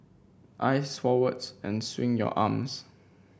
eyes forwards and swing your arms